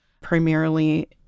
primarily